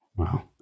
Wow